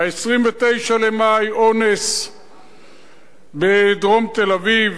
ב-29 במאי, אונס בדרום תל-אביב,